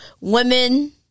women